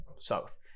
south